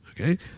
Okay